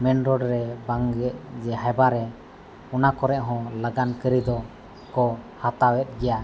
ᱨᱮ ᱵᱟᱝᱜᱮ ᱡᱮ ᱦᱟᱭᱵᱟ ᱨᱮ ᱚᱱᱟ ᱠᱚᱨᱮ ᱦᱚᱸ ᱞᱟᱜᱟᱱ ᱠᱟᱹᱨᱤ ᱫᱚ ᱠᱚ ᱦᱟᱛᱟᱣᱮᱫ ᱜᱮᱭᱟ